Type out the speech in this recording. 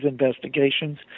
investigations